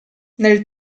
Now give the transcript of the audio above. nel